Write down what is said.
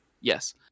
Yes